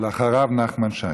אחריו, נחמן שי.